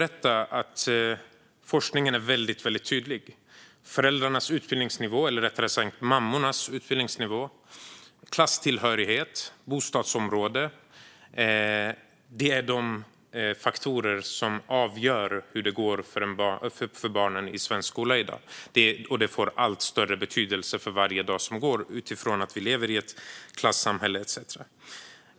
Forskningen är dock väldigt tydlig. Mammornas utbildningsnivå, klasstillhörighet och bostadsområde är faktorer som avgör hur det går för barnen i svensk skola i dag, och eftersom vi lever i ett klassamhälle får det allt större betydelse för varje dag som går.